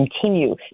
continue